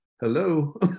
hello